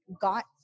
got